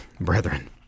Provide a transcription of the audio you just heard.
Brethren